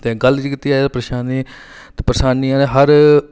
ते गल्ल जे कीती जाए परेशानी ते परेशानियां ते हर